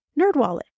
Nerdwallet